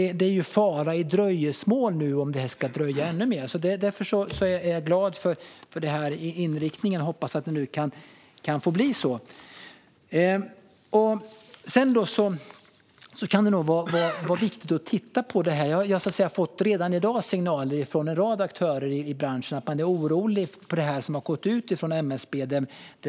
Det är alltså fara i dröjsmål om detta nu ska dröja ännu längre. Därför är jag glad för denna inriktning och hoppas att det nu kan få bli så. Det kan nog vara viktigt att titta på det här. Jag har redan fått signaler från en rad aktörer i branschen om att man är orolig över det som har gått ut från MSB.